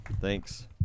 thanks